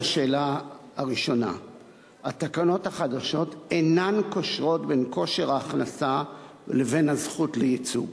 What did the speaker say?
1. התקנות החדשות אינן קושרות בין כושר ההכנסה לבין הזכות לייצוג.